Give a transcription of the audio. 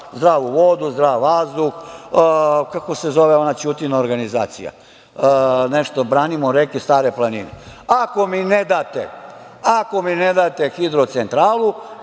zdravu vodu, zdrav vazduh, kako se zove ona Ćutina organizacija, nešto, „Branimo reke Stare planine“. Ako mi ne date hidrocentralu,